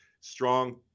strong